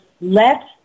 let